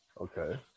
Okay